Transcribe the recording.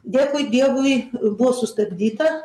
dėkui dievui buvo sustabdyta